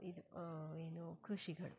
ಇದು ಏನು ಕೃಷಿಗಳು